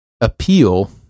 appeal